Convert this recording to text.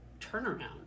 turnaround